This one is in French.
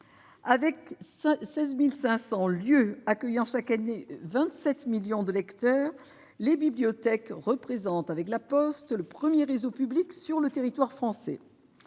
de 16 500 lieux accueillant chaque année 27 millions de lecteurs, le réseau des bibliothèques est, avec celui de La Poste, le premier réseau public sur le territoire français.